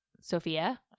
Sophia